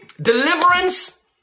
deliverance